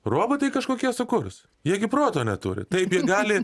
robotai kažkokie sukurs jie gi proto neturi taip jie gali